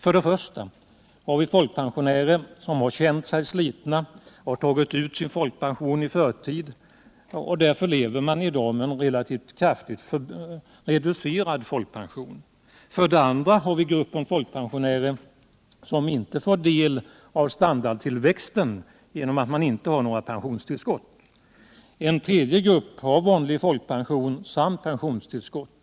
För det första har vi folkpensionärer som känt sig slitna och tagit ut sin folkpension i förtid och därför lever med en relativt kraftigt reducerad folkpension. För det andra har vi grupper av folkpensionärer som inte får del av standardtillväxten genom att man inte får något pensionstillskott. En tredje grupp har vanlig folkpension samt pensionstillskott.